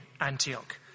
Antioch